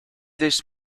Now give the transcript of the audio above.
this